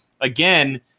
Again